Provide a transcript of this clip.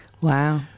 Wow